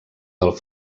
del